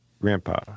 grandpa